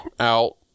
out